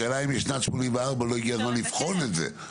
השאלה היא: האם משנת 1984 לא הגיע הזמן לבחון את זה,